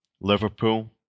Liverpool